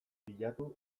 bilatu